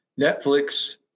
Netflix